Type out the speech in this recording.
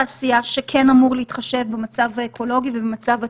מדובר פה באזור תעשייה שכן אמור להתחשב במצב האקולוגי ובמצב הטבע.